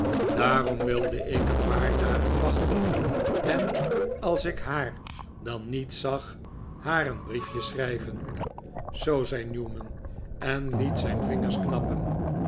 daarom wilde ik een paar dagen wachten en als ik haar dan niet zag haar een briefje schrijven zoo zei newman en liet zijn vingers knappen